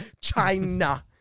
China